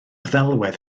ddelwedd